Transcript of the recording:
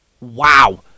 Wow